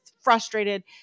frustrated